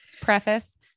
preface